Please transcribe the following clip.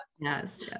yes